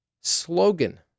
slogan